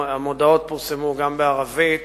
המודעות פורסמו גם בערבית,